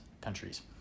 countries